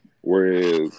Whereas